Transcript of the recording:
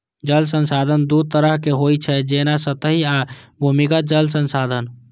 जल संसाधन दू तरहक होइ छै, जेना सतही आ भूमिगत जल संसाधन